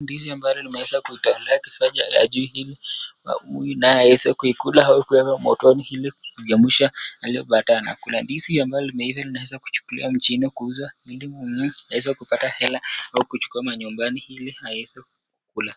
Ndizi ambalo limeweza kutolewa kifaa ya juu ili huyu naye aweze kuikula ama kuweka motoni ili kuchemsha ili baadaye anakula, ndizi ambalo limeiva inaweza kuchukuliwa mjini kuuzwa ili muuzaji aweze kupata hela au kuchukua manyumbani ili aweze kula.